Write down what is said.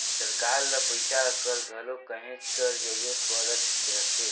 सरकार ल पइसा कर घलो कहेच कर जरूरत परत रहथे